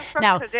now